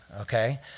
okay